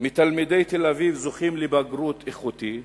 מתלמידי תל-אביב זוכים לבגרות איכותית,